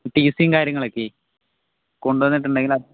ടിസിയും കാര്യങ്ങളുമൊക്കെ കൊണ്ടുവന്നിട്ടുണ്ടെങ്കിൽ